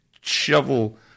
shovel